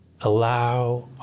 allow